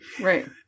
Right